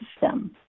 system